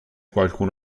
qualcun